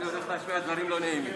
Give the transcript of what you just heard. אני הולך להשמיע דברים לא נעימים.